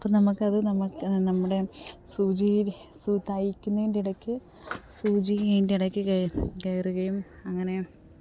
അപ്പം നമുക്ക് അത് നമുക്ക് നമ്മുടെ സൂചിയില് തയ്ക്കുന്നതിന്റെ ഇടയ്ക്ക് സൂചി ഇതിന്റെ ഇടയ്ക്ക് കയറുകയും അങ്ങനെ